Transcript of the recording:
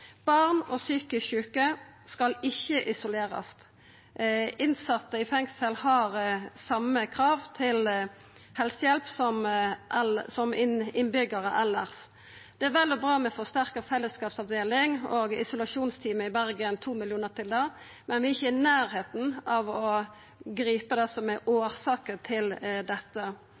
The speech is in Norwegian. Barn og psykisk sjuke skal ikkje isolerast. Innsette i fengsel har same krav til helsehjelp som innbyggjarane elles. Det er vel og bra med forsterka fellesskapsavdeling, og isolasjonsteamet i Bergen fengsel får 2 mill. kr til det, men vi er ikkje i nærleiken av å gripa det som årsakene til dette.